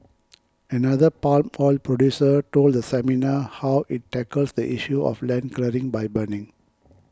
another palm oil producer told the seminar how it tackles the issue of land clearing by burning